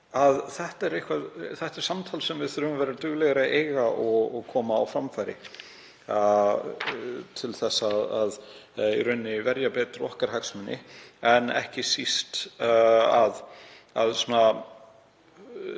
Þetta er samtal sem við þurfum að vera duglegri að eiga og koma á framfæri til þess að verja betur hagsmuni okkar en ekki síst